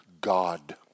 God